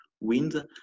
wind